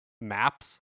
maps